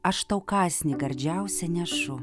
aš tau kąsnį gardžiausią nešu